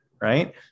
right